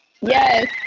Yes